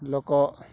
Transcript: ଲୋକ